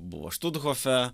buvo štuthofe